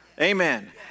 amen